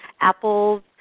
apples